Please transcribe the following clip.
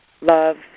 Love